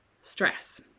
stress